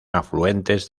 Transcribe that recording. afluentes